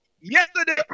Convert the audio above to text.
yesterday